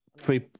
three